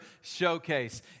Showcase